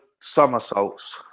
somersaults